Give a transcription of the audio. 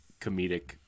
comedic